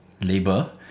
labor